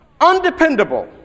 undependable